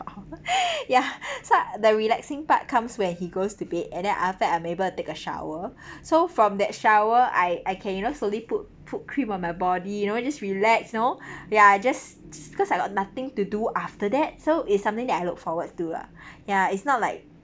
ya so the relaxing part comes when he goes to bed and then after that I'm able to take a shower so from that shower I I can you know slowly put put cream on my body you know just relax you know ya just because I got nothing to do after that so it's something that I look forward to lah ya it's not like